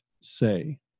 say